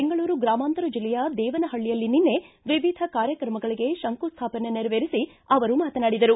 ಬೆಂಗಳೂರು ಗ್ರಾಮಾಂತರ ಜಿಲ್ಲೆಯ ದೇವನಹಳ್ಳಯಲ್ಲಿ ನಿನ್ನೆ ವಿವಿಧ ಕಾರ್ಯಕ್ರಮಗಳಗೆ ಶಂಕುಸ್ಥಾಪನೆ ನೆರವೇರಿಸಿ ಅವರು ಮಾತನಾಡಿದರು